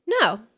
no